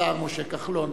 השר משה כחלון.